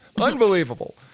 Unbelievable